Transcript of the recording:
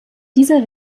diese